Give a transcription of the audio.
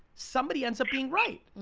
somebody ends up being right.